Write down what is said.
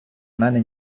мене